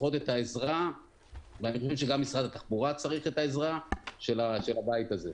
צריכות את העזרה ואני מבין שגם משרד התחבורה צריך את העזרה של הבית הזה,